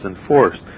enforced